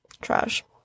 trash